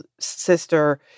sister